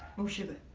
more sugar.